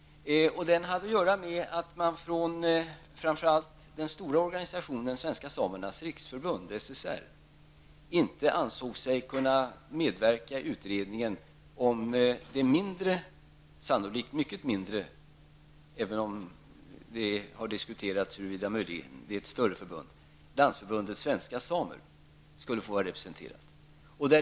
Den konflikten hade att göra med att den stora organisationen, Svenska Svenska Samer -- det sannolikt mycket mindre förbundet, även om det har diskuterat huruvida detta är ett större förbund -- skulle vara representerat.